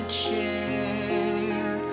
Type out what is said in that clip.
share